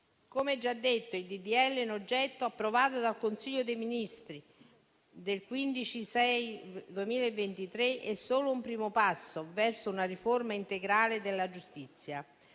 disegno di legge in oggetto, approvato dal Consiglio dei ministri del 15 giugno 2023, è solo un primo passo verso una riforma integrale della giustizia.